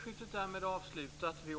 Herr talman!